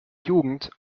jugend